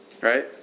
Right